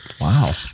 Wow